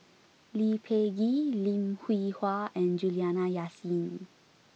Lee Peh Gee Lim Hwee Hua and Juliana Yasin